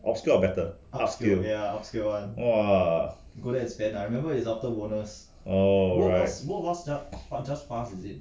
obscure better upscale !whoa! oh right